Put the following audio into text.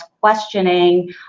questioning